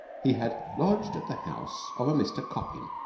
he had lodged at the house of a mr. coppin,